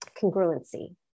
congruency